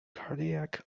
cardiac